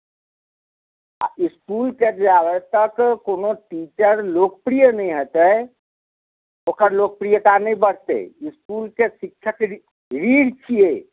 आ इस्कुलके जामे तक कोनो टीचर लोकप्रिय नहि हेतै ओकर लोकप्रियता नहि बढ़तै इस्कुलके शिक्षक री रीढ़ छियै